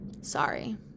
Sorry